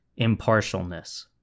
impartialness